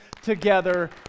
together